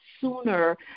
sooner